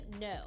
No